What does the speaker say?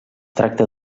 tracta